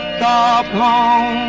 da da